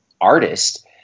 artist